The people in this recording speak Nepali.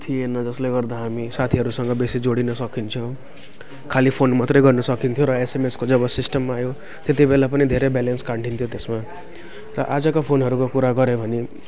थिएन जसले गर्दा हामी साथीहरूसँग बेसी जोडिन सकिन्छौँ खालि फोन मात्रै गर्न सकिन्थ्यो र एसएमएसको जब सिस्टम आयो त्यति बेला पनि धेरै ब्यालेन्स काटिन्थ्यो त्यसमा र आजका फोनहरूको कुरा गर्यो भने